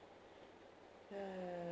ya